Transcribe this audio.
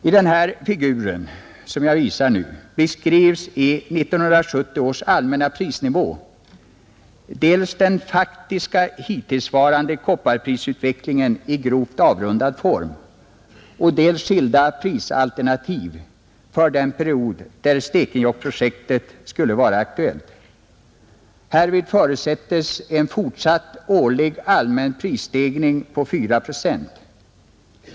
I den figur som jag nu visar på TV-skärmen beskrivs i 1970 års allmänna prisnivå dels den faktiska hittillsvarande kopparprisutvecklingen i grovt avrundad form, dels skilda prisalternativ för den period när Stekenjokkprojektet skulle vara aktuellt. Härvid förutsättes en fortsatt årlig allmän prisstegring på 4 procent.